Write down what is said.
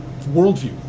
worldview